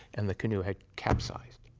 and the canoe had capsized.